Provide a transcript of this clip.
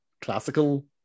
classical